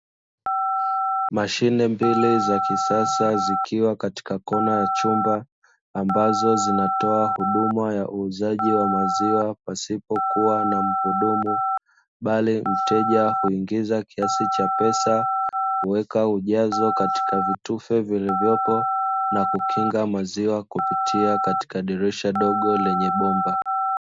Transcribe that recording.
Mashine mbili za kisasa zikiwa katika kona ya chumba, ambazo zinatoa huduma ya uuzaji wa maziwa pasipokuwa na mhudumu; bali mteja huingiza kiasi cha pesa, huweka ujazo katika vitufe vilivyopo na kukinga maziwa kupitia katika dirisha dogo lenye bomba.